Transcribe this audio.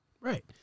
Right